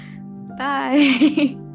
bye